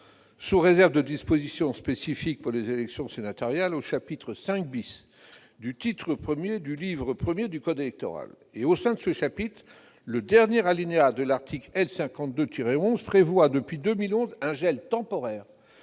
sous réserve de dispositions spécifiques pour les élections sénatoriales, au chapitre V du titre I du livre I du code électoral. Au sein de ce chapitre, le dernier alinéa de l'article L. 52-11 prévoit depuis 2011 un gel temporaire